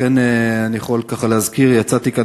לכן אני יכול ככה להזכיר: יצאתי כאן